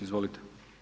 Izvolite.